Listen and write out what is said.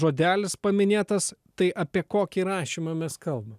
žodelis paminėtas tai apie kokį rašymą mes kalbam